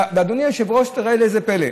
ואדוני היושב-ראש, ראה זה פלא: